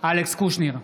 אלכס קושניר,